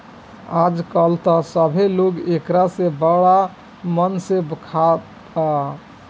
आजकल त सभे लोग एकरा के बड़ा मन से खात बा